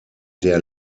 der